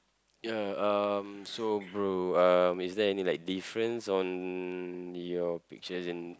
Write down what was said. ya um so bro um is there any like difference on your pictures and